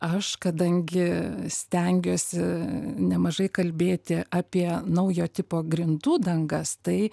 aš kadangi stengiuosi nemažai kalbėti apie naujo tipo grindų dangas tai